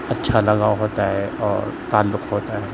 اچھا لگاؤ ہوتا ہے اور تعلق ہوتا ہے